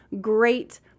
great